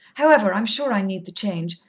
however, i'm sure i need the change,